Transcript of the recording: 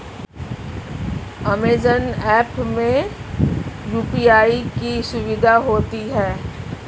Amazon app में UPI की सुविधा होती है